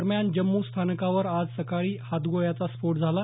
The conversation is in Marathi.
दरम्यान जम्मू बसस्थानकावर आज एका हातगोळ्याचा स्फोट झाला